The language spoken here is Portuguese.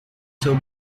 seu